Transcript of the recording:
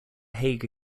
hague